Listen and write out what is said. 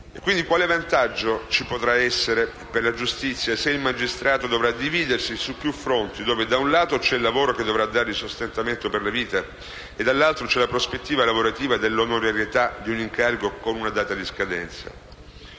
Quindi, quale vantaggio ci potrà essere per la giustizia se il magistrato dovrà dividersi su più fronti, dove da un lato c'è il lavoro che dovrà dare il sostentamento per la vita e, dall'altro, c'è la prospettiva lavorativa di un incarico onorario con una data di scadenza?